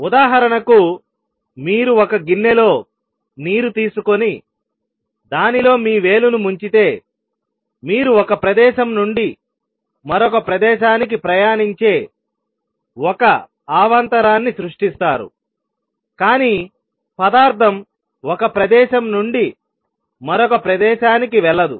ఉదాహరణకు మీరు ఒక గిన్నెలో నీరు తీసుకొని దానిలో మీ వేలును ముంచితే మీరు ఒక ప్రదేశం నుండి మరొక ప్రదేశానికి ప్రయాణించే ఒక అవాంతరాన్ని సృష్టిస్తారు కానీ పదార్థం ఒక ప్రదేశం నుండి మరొక ప్రదేశానికి వెళ్ళదు